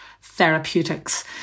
therapeutics